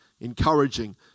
encouraging